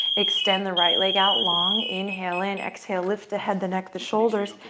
extend the right leg out long. inhale in. exhale. lift the head, the neck, the shoulders.